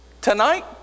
Tonight